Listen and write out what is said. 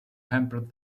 hampered